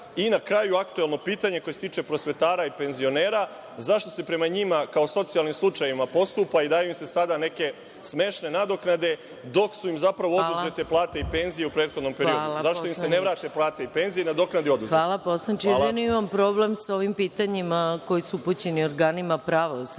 Na kraju, aktuelno pitanje koje se tiče prosvetara i penzionera – zašto se prema njima, kao socijalnim slučajevima, postupa i daju im se sada neke smešne nadoknade, dok su im zapravo oduzete plate i penzije u prethodnom periodu? Zašto im se ne vrate plate i penzije i nadoknadi oduzeto? **Maja Gojković** Hvala, poslaniče. Imam problem sa ovim pitanjima koji su upućeni organima pravosuđa.